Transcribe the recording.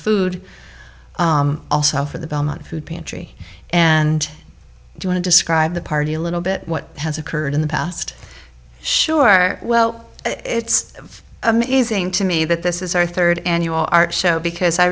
food also for the bellman food pantry and to describe the party a little bit what has occurred in the past sure well it's amazing to me that this is our third annual art show because i